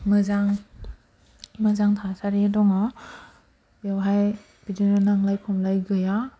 मोजां मोजां थासारि दङ बेवहाय बिदिनो नांलाय खमलाय गैया